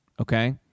okay